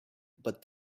but